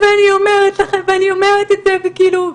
אני אומרת את זה, וכאילו,